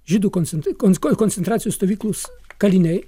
žydų konsentai kons koncentracijos stovyklos kaliniai